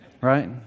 right